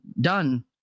done